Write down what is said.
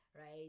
right